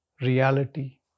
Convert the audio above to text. reality